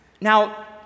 Now